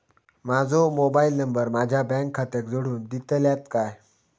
माजो mobile number माझ्या bank खात्याक जोडून दितल्यात काय?